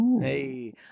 Hey